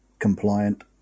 Compliant